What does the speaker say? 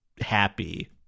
happy